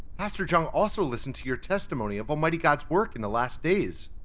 pastor zheng also listened to your testimony of almighty god's work in the last days.